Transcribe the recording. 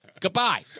Goodbye